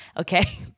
Okay